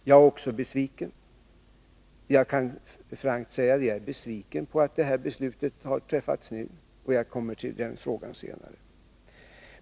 Också jag är besviken — jag kan frankt säga det — över att beslutet har träffats nu, och den frågan kommer jag till senare.